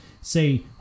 say